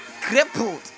crippled